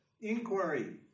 inquiry